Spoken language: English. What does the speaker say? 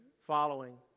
following